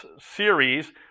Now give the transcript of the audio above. series